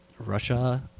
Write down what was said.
russia